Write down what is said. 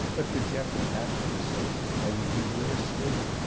but for jeffrey aspern's sake i would do worse still.